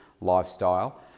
lifestyle